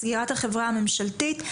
סגירת החברה הממשלתית,